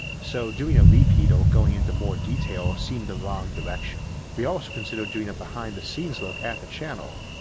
so doing a repeat or going into more detail seemed the wrong direction. we also considered doing a behind the scenes look at the channel,